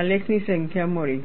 આલેખની સંખ્યા મળી